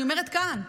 אני אומרת כאן,